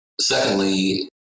secondly